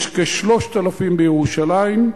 יש כ-3,000 בירושלים.